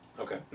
Okay